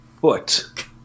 foot